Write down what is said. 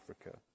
Africa